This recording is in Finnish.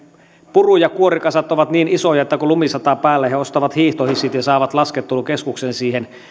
puru ja kuorikasat ovat niin isoja että kun lumi sataa päälle he ostavat hiihtohissit ja saavat laskettelukeskuksen siihen